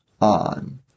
on